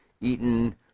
eaten